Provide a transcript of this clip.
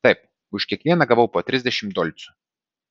taip už kiekvieną gavau po trisdešimt dolcų